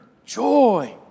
Joy